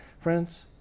Friends